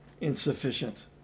insufficient